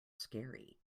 scary